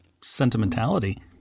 sentimentality